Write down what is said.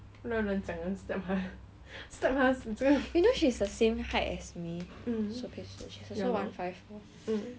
you know she's the same height as me soh pei shi she's also one five but what the fuck we look so different leh